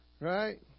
Right